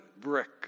brick